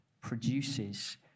produces